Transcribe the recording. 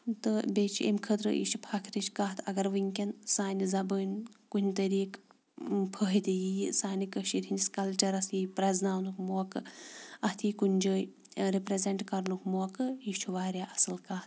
تہٕ بیٚیہِ چھِ امہِ خٲطرٕ یہِ چھُ فخرٕچ کَتھ اگر وٕنۍکٮ۪ن سانہِ زبٲنۍ کُنہِ طریٖق فٲہِدٕ ییہِ یہِ سانہِ کٔشیٖرِ ہِنٛدِس کَلچَرَس ییہِ پرٛزناونُک موقہٕ اَتھ یی کُنہِ جٲے رِپرٛزٮ۪نٛٹ کَرنُک موقہٕ یہِ چھُ واریاہ اَصٕل کَتھ